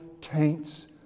taints